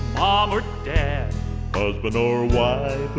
um or dad husband or wife